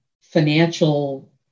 financial